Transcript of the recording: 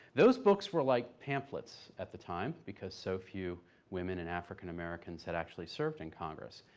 those books were like pamphlets, at the time, because so few women and african americans had actually served in congress.